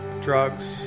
drugs